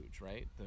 right